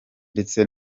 ndetse